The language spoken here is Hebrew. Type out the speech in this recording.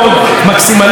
וברוך הבא,